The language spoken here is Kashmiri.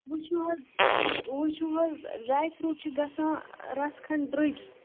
وُچھو حٲز وُچھو حٲز ڈرےٛ فروٗٹ چھِ گژھان رَژھ کھَنڈ درٛوٚگی